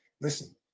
listen